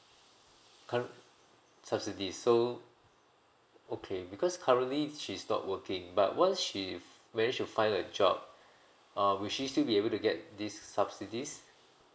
cur~ subsidy so okay because currently she's not working but once she manage to find a job um will she still be able to get this subsidies